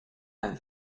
and